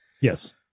Yes